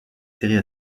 séries